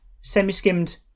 semi-skimmed